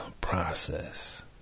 process